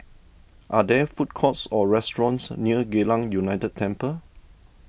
are there food courts or restaurants near Geylang United Temple